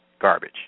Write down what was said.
garbage